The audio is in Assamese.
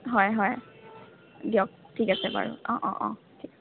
হয় হয় দিয়ক ঠিক আছে বাৰু অঁ অঁ অঁ